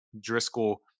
Driscoll